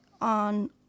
on